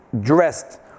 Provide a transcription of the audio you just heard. dressed